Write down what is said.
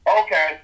Okay